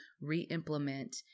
re-implement